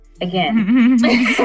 Again